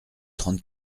trente